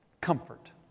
comfort